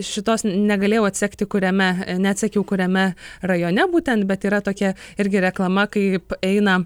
šitos negalėjau atsekti kuriame neatsekiau kuriame rajone būtent bet yra tokia irgi reklama kai eina